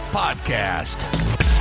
podcast